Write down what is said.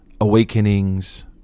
awakenings